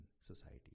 society